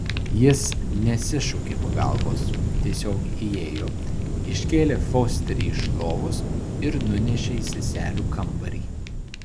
jis nesišaukė pagalbos tiesiog įėjo iškėlė fosterį iš lovos ir nunešė į seselių kambarį